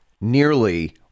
nearly